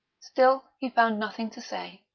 still he found nothing to say.